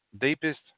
deepest